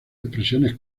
expresiones